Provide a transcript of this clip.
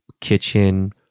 kitchen